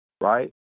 right